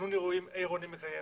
ותכנון עירוני מקיים,